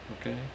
Okay